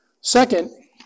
Second